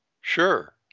Sure